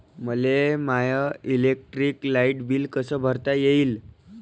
मले my electric light bill कस भरता येईल?